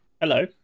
Hello